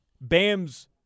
bam's